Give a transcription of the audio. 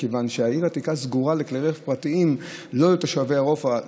מכיוון שהעיר העתיקה סגורה גם כך לכלי רכב פרטיים לא לתושבי הרובע,